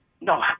No